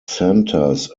centers